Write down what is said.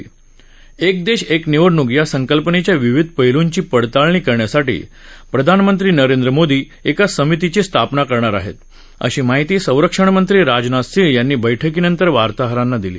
एक देश एक निवडणूक या संकल्पनेच्या विविध पैलूंची पडताळणी करण्यासाठी प्रधानमंत्री नरेंद्र मोदी एका समितीची स्थापना करणार आहेत अशी माहिती संरक्षणमंत्री राजनाथ सिंह यांनी बैठकीनंतर वार्ताहरांना दिली